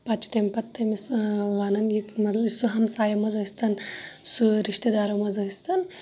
پَتہٕ چھِ تمہِ پَتہٕ تمِس وَنان یہِ مَطلَب سُہ ہَمسایو مَنٛز ٲسۍتَن سُہ رِشتہِ دارَو مَنٛز ٲسۍتَن